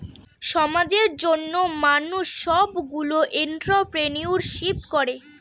সমাজের জন্য মানুষ সবগুলো এন্ট্রপ্রেনিউরশিপ করে